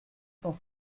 cent